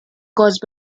caused